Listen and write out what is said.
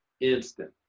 instant